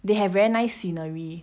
they have very nice scenery